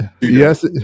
yes